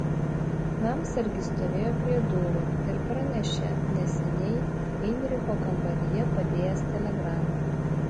namsargis stovėjo prie durų ir pranešė neseniai heinricho kambaryje padėjęs telegramą